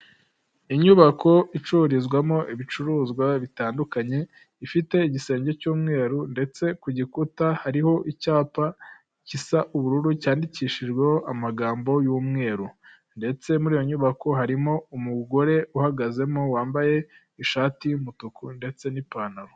Inyubako icururizwamo ibicuruzwa bitandukanye, ifite igisenge cy'umweru ndetse ku gikuta hariho icyapa gisa ubururu cyandikishijweho amagambo y'umweru, ndetse mur’iyo nyubako harimo umugore uhagazemo wambaye ishati y'umutuku ndetse n’ipantaro.